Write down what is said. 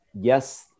Yes